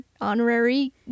honorary